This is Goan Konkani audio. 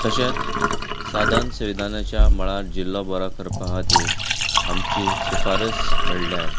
तशेंच साधन सुविधाच्या मळार जिल्लो बरो करपा खातीर आमची शिफारस म्हणल्यार